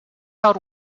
out